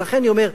ולכן אני אומר,